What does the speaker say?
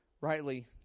rightly